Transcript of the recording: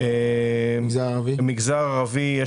המגזר הערבי?